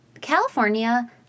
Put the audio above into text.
California